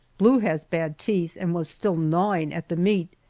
blue has bad teeth and was still gnawing at the meat,